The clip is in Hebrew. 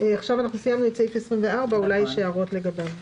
נותנים לה תקופת היערכות ונותנים גם לספק השירות שלה תקופת היערכות.